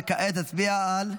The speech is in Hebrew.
וכעת נצביע על?